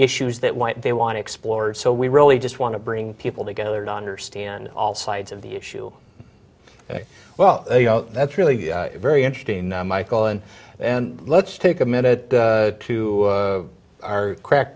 issues that they want explored so we really just want to bring people together not understand all sides of the issue well that's really very interesting now michael and and let's take a minute to our crack